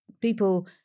people